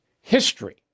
History